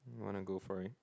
wanna go for a